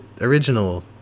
original